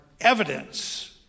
evidence